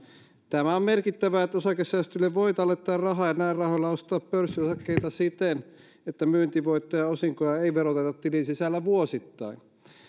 tämä on merkittävää että osakesäästötilille voi tallettaa rahaa ja näillä rahoilla ostaa pörssiosakkeita siten että myyntivoittoja ja osinkoja ei veroteta tilin sisällä vuosittain